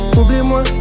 oublie-moi